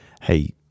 Hey